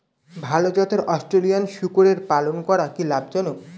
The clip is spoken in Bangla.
ভাল জাতের অস্ট্রেলিয়ান শূকরের পালন করা কী লাভ জনক?